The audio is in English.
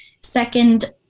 second